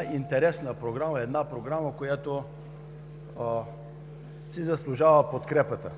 е интересна Програма, която си заслужава подкрепата.